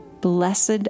Blessed